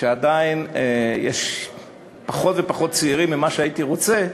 שיש פחות ופחות צעירים, ממה שהייתי רוצה,